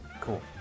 cool